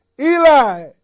Eli